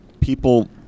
people